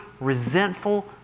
resentful